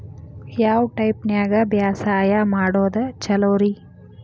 ಯಾವ ಟೈಪ್ ನ್ಯಾಗ ಬ್ಯಾಸಾಯಾ ಮಾಡೊದ್ ಛಲೋರಿ?